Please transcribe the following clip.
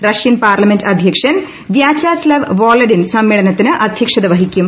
Russian parliament അധ്യക്ഷൻ Vyacheslav Volodin സമ്മേളനത്തിന് അധൃക്ഷത വഹിക്കും